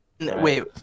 Wait